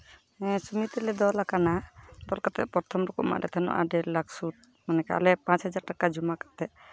ᱦᱮᱸ ᱥᱩᱢᱤᱛᱤ ᱞᱮ ᱫᱚᱞᱟᱠᱟᱱᱟ ᱫᱚᱞ ᱠᱟᱛᱮᱫ ᱯᱚᱨᱛᱷᱚᱢ ᱫᱚᱠᱚ ᱮᱢᱟᱫ ᱞᱮ ᱛᱟᱦᱮᱱᱟ ᱰᱮᱲ ᱞᱟᱠᱷ ᱥᱩᱫᱽ ᱢᱟᱱᱮ ᱟᱞᱮ ᱯᱟᱸᱪ ᱦᱟᱡᱟᱨ ᱴᱟᱠᱟ ᱡᱚᱢᱟ ᱠᱟᱛᱮᱫ